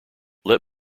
let